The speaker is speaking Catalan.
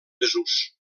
desús